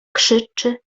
krzyczy